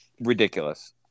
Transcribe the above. Ridiculous